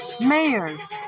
mayors